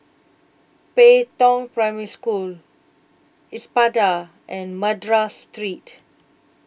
Pei Tong Primary School Espada and Madras Street